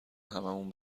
هممون